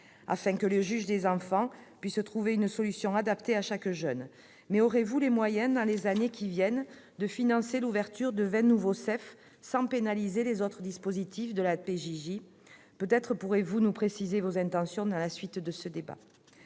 afin que les juges des enfants puissent trouver une solution adaptée à chaque jeune. Mais aurez-vous les moyens, dans les années qui viennent, de financer l'ouverture de vingt nouveaux CEF sans pénaliser les autres dispositifs de la protection judiciaire de la jeunesse ? Peut-être pourrez-vous nous préciser vos intentions dans la suite de ce débat.